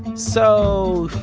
so,